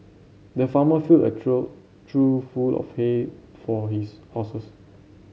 the farmer filled a trough trough full of hay for his horses